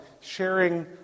sharing